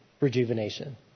rejuvenation